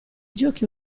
giochi